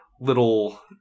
little